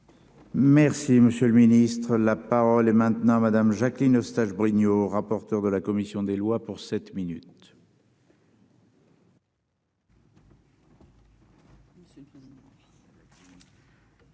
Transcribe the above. Monsieur le Ministre, la parole est maintenant Madame, Jacqueline Eustache-Brinio, rapporteur de la commission des lois pour 7 minutes.